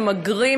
ממגרים,